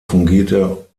fungierte